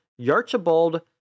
Yarchibald